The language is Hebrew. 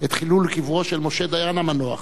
את חילול קברו של משה דיין המנוח,